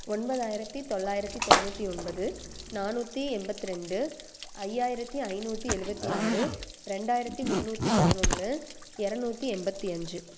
ஒன்பதாயிரத்தி தொள்ளாயிரத்தி தொண்ணூற்றி ஒன்பது நானூற்றி எண்பத்து ரெண்டு ஐயாயிரத்தி ஐநூற்றி எழுபத்தி ஆறு ரெண்டாயிரத்தி முந்நூற்றி பதினொன்று இரநூத்தி எண்பத்தி அஞ்சு